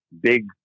big